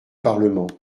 parlement